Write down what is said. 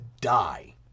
die